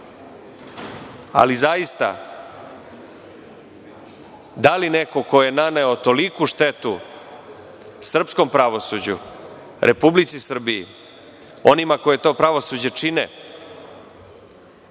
ali zaista, da li neko ko je naneo toliku štetu srpskom pravosuđu, Republici Srbiji, onima koji to pravosuđe čine,